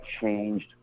changed